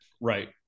Right